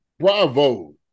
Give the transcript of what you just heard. Bravo